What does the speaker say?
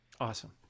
awesome